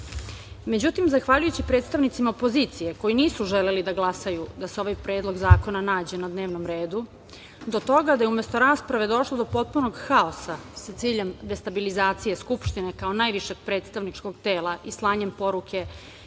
zahvaljujući predstavnicima opozicije koji nisu želeli da glasaju da se ovaj Predlog zakona nađe na dnevnom redu do toga da je umesto rasprave došlo do potpunog haosa sa ciljem destabilizacije Skupštine kao najvišeg predstavničkog tela i slanjem poruke